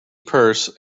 purse